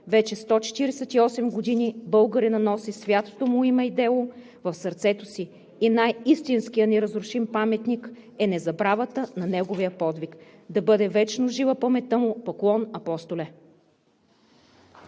Вече 148 години българинът носи святото му име и дело в сърцето си. И най-истинският, неразрушим паметник е незабравата на неговия подвиг. Да бъде вечно жива паметта му! Поклон, Апостоле!